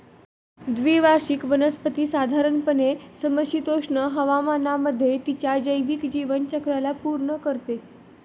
द्विवार्षिक वनस्पती साधारणपणे समशीतोष्ण हवामानामध्ये तिच्या जैविक जीवनचक्राला पूर्ण करते